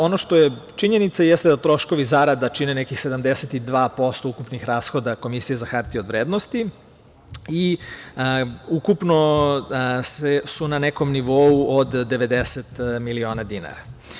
Ono što je činjenica jeste da troškovi zarada čine nekih 72% Komisije za hartije od vrednosti i ukupno su na nekom nivou od 90 miliona dinara.